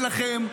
אחים שלנו.